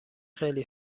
خیلی